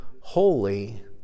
holy